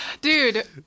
Dude